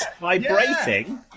vibrating